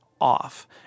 off